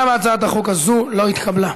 גם הצעת החוק הזאת לא התקבלה.